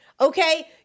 okay